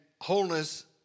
wholeness